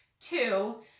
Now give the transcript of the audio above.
Two